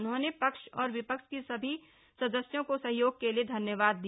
उन्होंने पक्ष और विपक्ष के सभी मसदस्यों को सहयोग के लिए धन्यवाद दिया